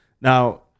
Now